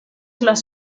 las